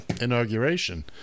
inauguration